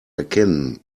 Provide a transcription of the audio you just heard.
erkennen